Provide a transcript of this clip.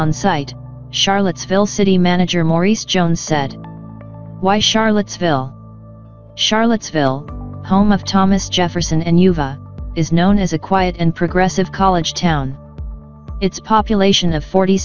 on site charlottesville city manager maurice jones said why charlottesville charlottesville home of thomas jefferson and uva is known as a quiet and progressive college town its population of forty